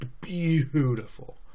beautiful